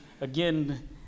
again